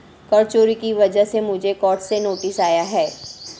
कर चोरी की वजह से मुझे कोर्ट से नोटिस आया है